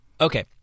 Okay